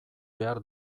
behar